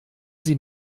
sie